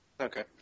Okay